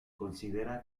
considera